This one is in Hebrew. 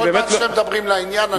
כל זמן שאתם מדברים לעניין,